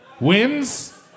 wins